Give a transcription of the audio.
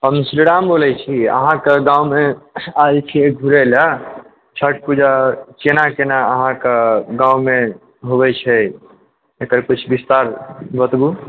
हम श्रीराम बोलए छी अहाँकेँ गाँवमे आएल छियै घुरै लऽ छठ पूजा छियै कि ने अहाँकेँ गाँवमे होइछै तकर किछु बिस्तार बतबू